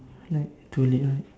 like too late right